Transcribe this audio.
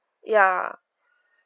ya